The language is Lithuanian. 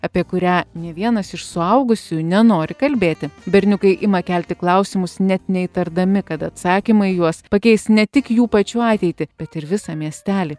apie kurią nė vienas iš suaugusiųjų nenori kalbėti berniukai ima kelti klausimus net neįtardami kad atsakymai juos pakeis ne tik jų pačių ateitį bet ir visą miestelį